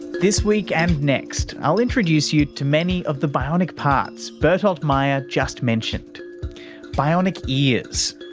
this week and next i'll introduce you to many of the bionic parts bertolt meyer just mentioned bionic ears,